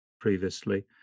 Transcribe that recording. previously